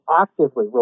actively